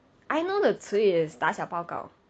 I know the 词语 is 打小报告